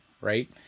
Right